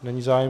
Není zájem.